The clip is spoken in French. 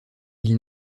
ils